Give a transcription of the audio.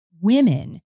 women